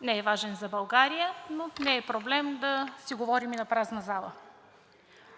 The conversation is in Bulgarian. не е важен за България, но не е проблем да си говорим и на празна зала.